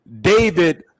David